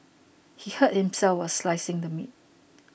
he hurt himself while slicing the meat